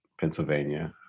Pennsylvania